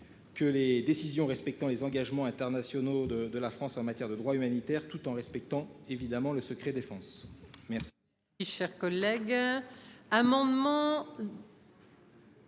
Que les décisions respectant les engagements internationaux de de la France en matière de droit humanitaire, tout en respectant évidemment le secret défense. Merci.